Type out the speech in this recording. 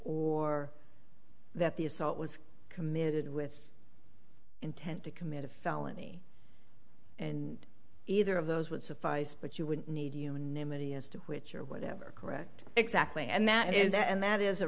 or that the assault was committed with intent to commit a felony and either of those would suffice but you would need unanimity as to which or whatever correct exactly and that is that and that is a